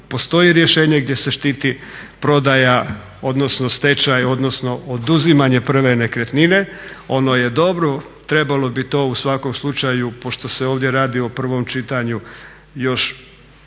postoji rješenje gdje se štiti prodaja odnosno stečaj, odnosno oduzimanje prve nekretnine, one je dobro, trebalo bi to u svakom slučaju pošto se ovdje radi o prvom čitanju još